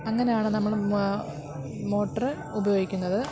അങ്ങനാണ് നമ്മൾ മോട്ടറ് ഉപയോഗിക്കുന്നത്